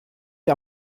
mit